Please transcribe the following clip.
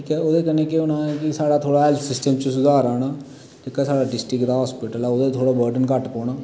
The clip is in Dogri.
ठीक ऐ ओह्दे कन्नै केह् होना की साढा थोह्ड़ा हैल्थ सिस्टम च सुधार आना जेह्का साढा डिस्ट्रिक्ट दा हास्पिटल ऐ ओह्दे थोह्ड़ा बर्डन घट्ट पौना